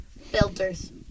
filters